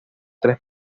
tres